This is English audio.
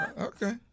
Okay